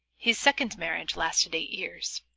his second marriage lasted eight years.